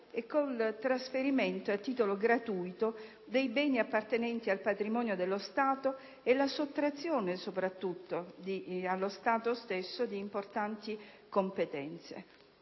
il trasferimento a titolo gratuito dei beni appartenenti al patrimonio dello Stato e, soprattutto, la sottrazione allo Stato stesso di importanti competenze.